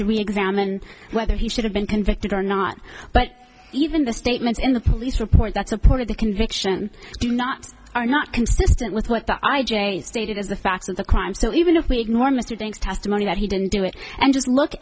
to reexamine whether he should have been convicted or not but even the statements in the police report that supported the conviction do not are not consistent with what the i j a stated as the facts of the crime so even if we ignore mr thanks testimony that he didn't do it and just look